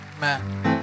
man